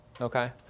Okay